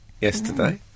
yesterday